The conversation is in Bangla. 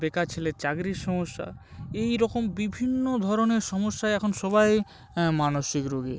বেকার ছেলের চাকরির সমস্যা এই রকম বিভিন্ন ধরনের সমস্যায় এখন সবাই মানসিক রুগী